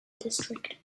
district